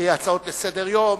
הצעות לסדר-היום